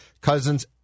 Cousins